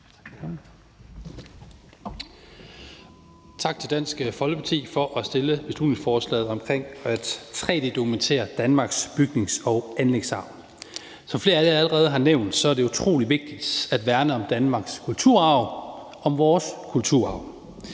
Tak til Dansk Folkeparti for at fremsætte beslutningsforslaget om at 3D-dokumentere Danmarks bygnings- og anlægsarv. Som flere af jer allerede har nævnt, er det utrolig vigtigt at værne om Danmarks kulturarv, om vores kulturarv,